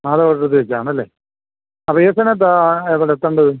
നാദാപുരത്ത് വെച്ചാണല്ലേ അപ്പം ഏത് സമയത്താണ് അവിടെ